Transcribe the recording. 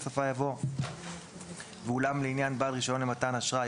בסופה יבוא ואולם לעניין בעל רישיון מתן אשראי